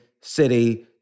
city